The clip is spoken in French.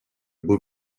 beau